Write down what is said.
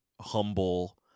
humble